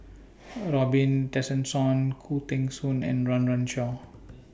Robin Tessensohn Khoo Teng Soon and Run Run Shaw